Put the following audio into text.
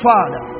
Father